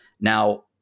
Now